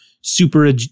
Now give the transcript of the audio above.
super